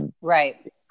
Right